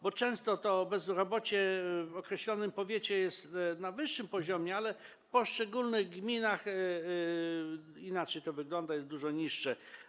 Bo często bezrobocie w określonym powiecie jest na wyższym poziomie, ale w poszczególnych gminach inaczej to wygląda, jest dużo niższe.